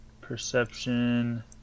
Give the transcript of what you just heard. Perception